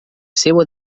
seua